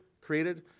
created